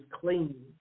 clean